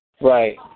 Right